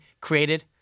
created